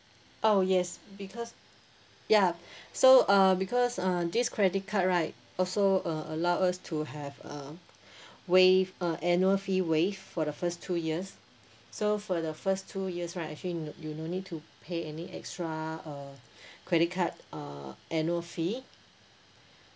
oh yes because ya so uh because uh this credit card right also uh allow us to have uh waived uh annual fee waived for the first two years so for the first two years right actually no you no need to pay any extra uh credit card uh annual fee